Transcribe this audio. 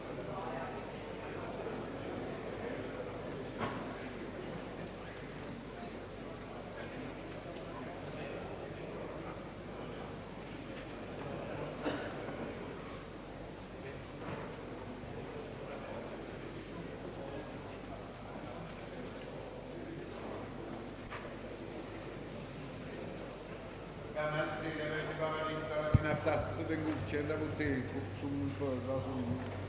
Herr talman! Jag yrkar bifall till utskottets hemställan. a) att i en ny organisation för miljövårdsforskningen bullerfrågorna bleve beaktade på liknande sätt som andra föroreningar, c) att en ny lagstiftning mot buller ej begränsades till endast fast egendom och varaktig störning utan innefattade alla källor som kunde medföra fysiska eller psykiska skador, d) att särskilt vikten av att det utarbetades gränsvärden för de högsta bullerstörningar, som borde tillåtas, betonades,